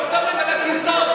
לא מדברים על הכיסאולוגיה,